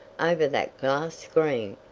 over that glass screen,